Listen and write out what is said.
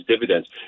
dividends